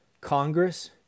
Congress